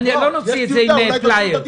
לא נוציא את זה עם פלייר.